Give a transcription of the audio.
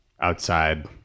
outside